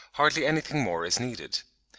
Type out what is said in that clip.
hardly anything more is needed.